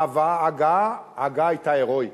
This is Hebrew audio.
ההגעה ההגעה היתה הירואית.